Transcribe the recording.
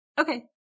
Okay